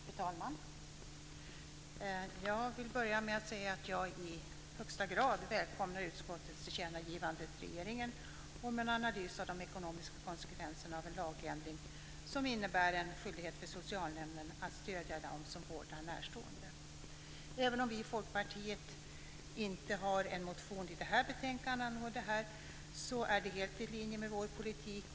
Fru talman! Jag vill börja med att säga att jag i högsta grad välkomnar utskottets tillkännagivande till regeringen om en analys av de ekonomiska konsekvenserna av en lagändring som innebär en skyldighet för socialnämnden att stödja dem som vårdar närstående. Även om vi i Folkpartiet inte har någon motion med i detta betänkande angående det så är det helt i linje med vår politik.